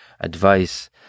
advice